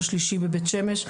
השלישי בבית שמש.